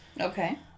Okay